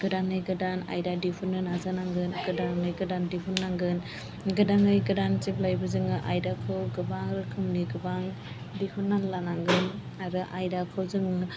गोदानै गोदान आयदा दिहुननो नाजानांगोन गोदानै गोदान दिहुननांगोन गोदानै गोदान जेब्लायबो जोङो आयदाखौ गोबां रोखोमनि गोबां दिहुननानै लानांगोन आरो आयदाखौ जोङो